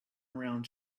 around